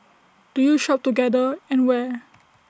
do you shop together and where